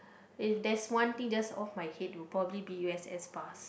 if there's one thing just off my head it will probably be u_s_s pass